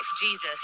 Jesus